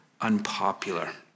unpopular